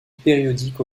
périodique